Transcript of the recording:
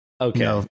okay